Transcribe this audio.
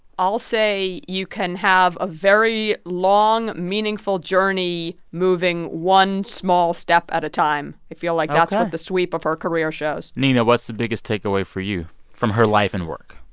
i'll say you can have a very long, meaningful journey moving one small step at a time. i feel like that's what ah the sweep of her career shows nina, what's the biggest takeaway for you from her life and work?